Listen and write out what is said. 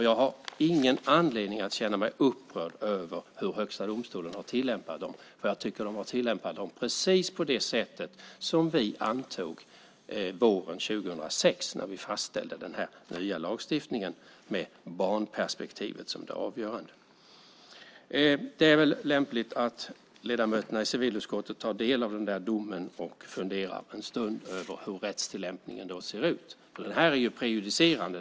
Jag har ingen anledning att känna mig upprörd över hur Högsta domstolen har tillämpat dem, för jag tycker att de har tillämpat dem precis på det sätt som vi antog våren 2006 när vi fastställde den här nya lagstiftningen med barnperspektivet som det avgörande. Det är väl lämpligt att ledamöterna i civilutskottet tar del av den domen och funderar en stund över hur rättstillämpningen ser ut. Domen är ju prejudicerande.